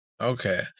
Okay